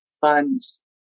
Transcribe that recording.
funds